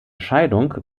scheidung